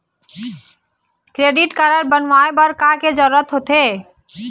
Credit card बनवाए बर का के जरूरत होते?